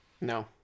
No